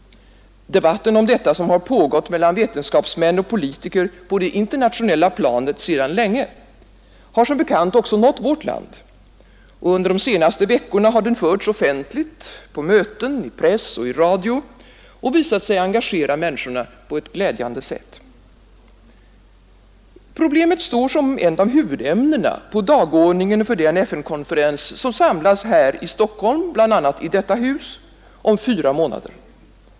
Debatten om detta, som har pågått mellan vetenskapsmän och politiker på det internationella planet sedan länge, har som bekant också nått vårt land. Under de senaste veckorna har den förts offentligt, på möten, i press och i radio, och visat sig engagera människor på ett glädjande sätt. Problemet står som ett av huvudämnena på dagordningen för den FN-konferens som samlas här i Stockholm, bl.a. i detta hus, om fyra månader.